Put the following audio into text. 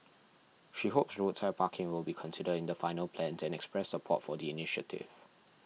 she hopes roadside parking will be considered in the final plans and expressed support for the initiative